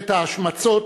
ההשמצות,